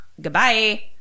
Goodbye